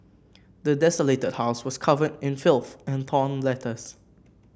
the desolated house was covered in filth and torn letters